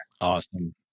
Awesome